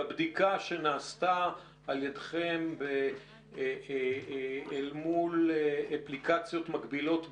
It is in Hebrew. בבדיקה שנעשתה על ידכם אל מול אפליקציות מקבילות בעולם,